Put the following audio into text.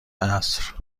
عصر